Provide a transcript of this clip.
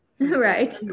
Right